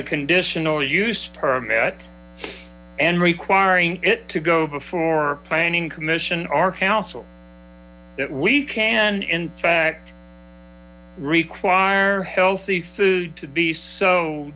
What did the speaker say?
a conditional use permit and requiring it to go before a planning commission or council that we can in fact require healthy food to be so